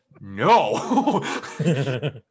No